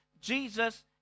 Jesus